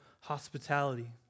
hospitality